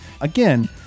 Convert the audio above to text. again